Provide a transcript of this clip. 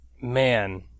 man